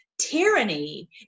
Tyranny